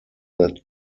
that